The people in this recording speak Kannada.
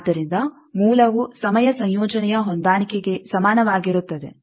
ಆದ್ದರಿಂದ ಮೂಲವು ಸಮಯ ಸಂಯೋಜನೆಯ ಹೊಂದಾಣಿಕೆಗೆ ಸಮಾನವಾಗಿರುತ್ತದೆ